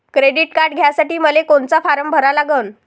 Credit card घ्यासाठी मले कोनचा फारम भरा लागन?